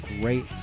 great